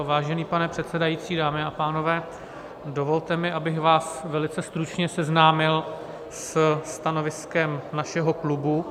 Vážený pane předsedající, dámy a pánové, dovolte mi, abych vás velice stručně seznámil se stanoviskem našeho klubu.